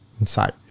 inside